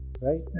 Right